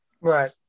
Right